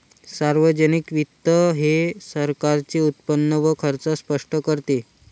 सार्वजनिक वित्त हे सरकारचे उत्पन्न व खर्च स्पष्ट करते